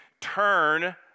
turn